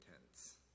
intense